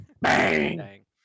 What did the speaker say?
Bang